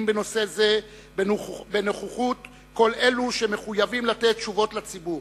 בנושא זה בנוכחות כל אלו שמחויבים לתת תשובות לציבור.